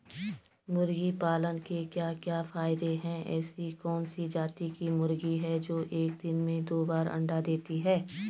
मुर्गी पालन के क्या क्या फायदे हैं ऐसी कौन सी जाती की मुर्गी है जो एक दिन में दो बार अंडा देती है?